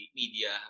media